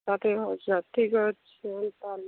ହଉ ଠିକ୍ କହୁଛ ଠିକ୍ ଅଛି